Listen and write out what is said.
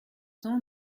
temps